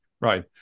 Right